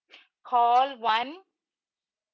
call one